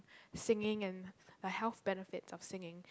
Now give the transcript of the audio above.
singing and a health benefit of singing